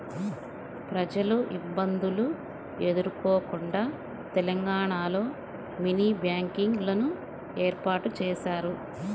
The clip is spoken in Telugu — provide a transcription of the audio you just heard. ప్రజలు ఇబ్బందులు ఎదుర్కోకుండా తెలంగాణలో మినీ బ్యాంకింగ్ లను ఏర్పాటు చేశారు